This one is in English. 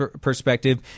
perspective